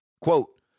Quote